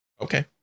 Okay